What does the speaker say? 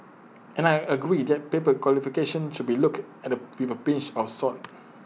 and I agree that paper qualifications should be looked at with A pinch of salt